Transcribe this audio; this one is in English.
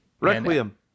Requiem